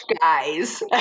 guys